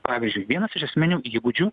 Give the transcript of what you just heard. pavyzdžiui vienas iš esminių įgūdžių